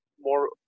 more